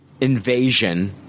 invasion